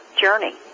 journey